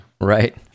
right